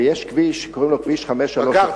ויש כביש שקוראים לו כביש 531,